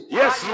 yes